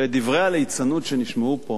בדברי הליצנות שנשמעו פה,